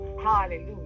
Hallelujah